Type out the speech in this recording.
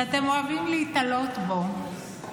שאתם אוהבים להיתלות בו, אני לא נתליתי בו.